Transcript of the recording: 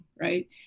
right